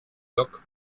dog